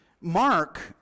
Mark